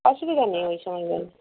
অসুবিধা নেই ওই সময় গেলে